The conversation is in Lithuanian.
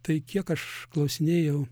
tai kiek aš klausinėjau